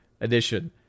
edition